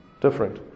Different